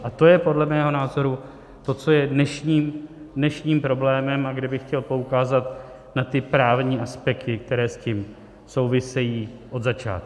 A to je podle mého názoru to, co je dnešním problémem a kde bych chtěl poukázat na ty právní aspekty, které s tím souvisejí od začátku.